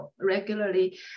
regularly